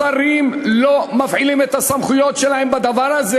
השרים לא מפעילים את הסמכויות שלהם בדבר הזה.